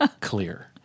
Clear